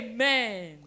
Amen